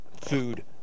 Food